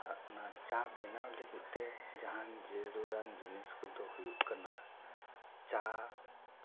ᱟᱨ ᱚᱱᱟ ᱪᱟ ᱵᱮᱱᱟᱣ ᱞᱟᱹᱜᱤᱫ ᱛᱮ ᱡᱟᱦᱟᱱ ᱡᱟᱹᱨᱩᱲᱟᱱ ᱡᱤᱱᱤᱥ ᱠᱚ ᱫᱚ ᱦᱩᱭᱩᱜ ᱠᱟᱱᱟ ᱪᱟ